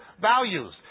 values